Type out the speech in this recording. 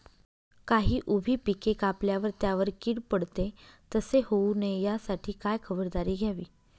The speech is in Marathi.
काही उभी पिके कापल्यावर त्यावर कीड पडते, तसे होऊ नये यासाठी काय खबरदारी घ्यावी?